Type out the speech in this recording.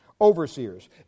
Overseers